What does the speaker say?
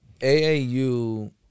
AAU